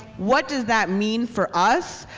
what does that mean for us,